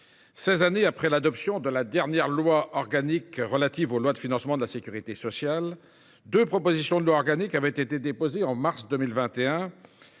années après l’adoption de la dernière loi organique relative aux lois de financement de la sécurité sociale, deux propositions de loi organique avaient été déposées en mars 2021,